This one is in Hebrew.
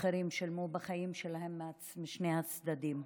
אחרים שילמו בחיים שלהם, משני הצדדים.